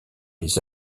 les